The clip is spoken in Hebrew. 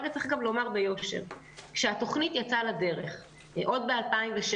צריך לומר ביושר שכאשר התוכנית יצאה לדרך עוד ב-2016